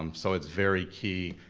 um so it's very key,